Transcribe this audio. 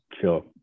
sure